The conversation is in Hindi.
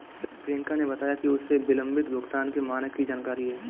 प्रियंका ने बताया कि उसे विलंबित भुगतान के मानक की जानकारी है